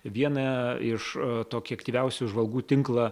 vieną iš tokį aktyviausių žvalgų tinklą